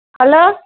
hello